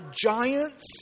giants